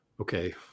okay